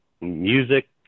music